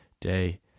day